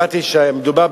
אדוני שר החקלאות,